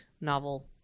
novel